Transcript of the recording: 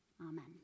Amen